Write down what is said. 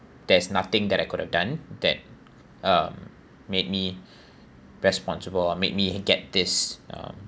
there's nothing that I could have done that um made me responsible um made me get this um